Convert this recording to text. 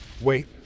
Wait